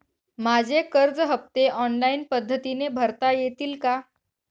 माझे कर्ज हफ्ते ऑनलाईन पद्धतीने भरता येतील का?